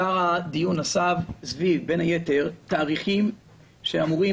היות ועיקר הדיון נסב סביב תאריכים שאמורים